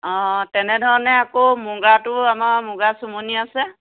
অ' তেনেধৰণে আকৌ মুগাটো আমাৰ মুগা চোমনি আছে